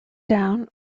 down